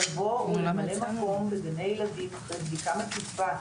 לבוא ולמלא מקום בגני ילדים אחרי בדיקה מקיפה,